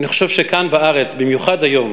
אני חושב שכאן בארץ, במיוחד היום,